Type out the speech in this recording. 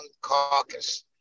caucus